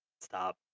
stop